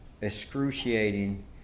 excruciating